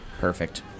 Perfect